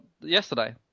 yesterday